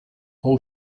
all